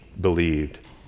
believed